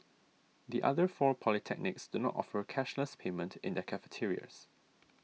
the other four polytechnics do not offer cashless payment in their cafeterias